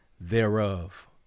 thereof